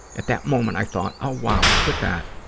at that moment i thought, oh, wow, look at that.